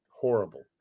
horrible